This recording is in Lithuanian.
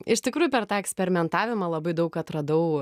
iš tikrųjų per tą eksperimentavimą labai daug atradau